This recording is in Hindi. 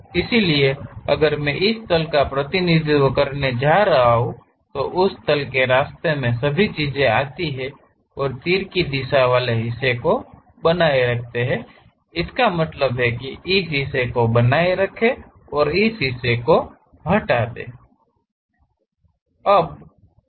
इसलिए अगर मैं इस तल का प्रतिनिधित्व करने जा रहा हूं तो उस तल के रास्ते में सभी चिजे आ जाती हैं और तीर की दिशा वाले हिस्से को बनाए रखते हैं इसका मतलब है कि इस हिस्से को बनाए रखें इस हिस्से को हटा दें